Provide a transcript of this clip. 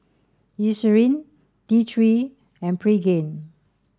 Eucerin T three and Pregain